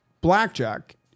Blackjack